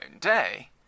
day